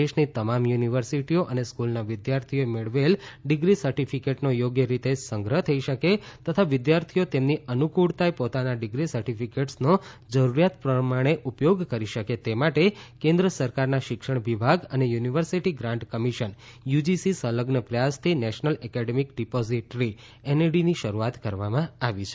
દેશની તમામ યુનિવર્સિટીઓ અને સ્ક્રલના વિદ્યાર્થીઓએ મેળવેલ ડિગ્રી સર્ટીફિકેટનો યોગ્ય રીતે સંગ્રહ થઈ શકે તથા વિદ્યાર્થીઓ તેમની અનુકૂળતાએ પોતાના ડિગ્રી સર્ટીફિકેટ્સનો જરૂરીયાત પ્રમાણે ઉપયોગ કરી શકે તે માટે કેન્દ્ર સરકારના શિક્ષણ વિભાગ અને યુનિવર્સિટી ગ્રાંન્ટ કમિશનના યુજીસી સંલગ્ન પ્રયાસથી નેશનલ એકેડમિક ડિપોઝીટરીની એનએડી શરૂઆત કરવામાં આવેલ છે